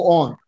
on।